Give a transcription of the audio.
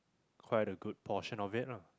quite a good portion of it lah